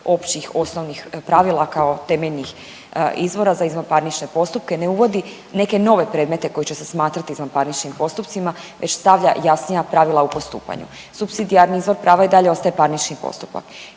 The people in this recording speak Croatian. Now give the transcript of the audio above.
općih osnovnih pravila kao temeljnih izvora za izvanparnične postupke, ne uvodi neke nove predmete koji će se smatrati izvanparničnim postupcima već stavlja jasnija pravila u postupanju. Supsidijarni izvor prava i dalje ostaje parnični postupak